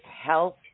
health